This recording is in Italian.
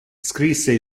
scrisse